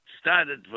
started